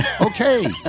Okay